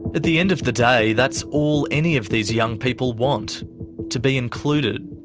the end of the day, that's all any of these young people want to be included.